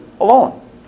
alone